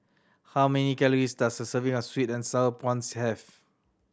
how many calories does a serving of sweet and Sour Prawns have